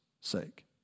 sake